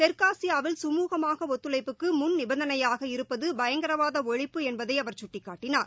தெற்காசியாவில் சுமூகமான ஒத்துழைப்புக்கு முன் நிபந்தனையாக இருப்பது பயங்கரவாத ஒழிப்பு என்பதை அவர் சுட்டிக்காட்டினார்